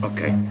Okay